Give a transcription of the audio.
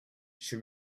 she